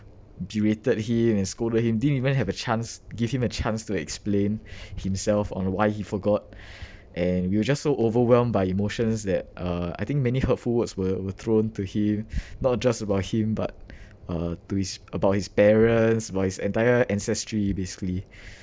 berated him and scolded him didn't even have a chance give him a chance to explain himself or why he forgot and we were just so overwhelmed by emotions that uh I think many hurtful words were were thrown to him not just about him but uh to his about his parents about his entire ancestry basically